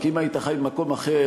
כי אם היית חי במקום אחר,